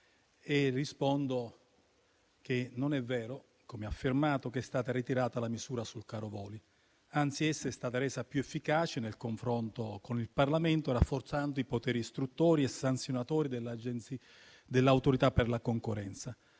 e rispondo che non è vero - come affermato - che è stata ritirata la misura sul caro voli. Anzi, è stata resa più efficace, nel confronto con il Parlamento, rafforzando i poteri istruttori e sanzionatori dell'Autorità per la concorrenza.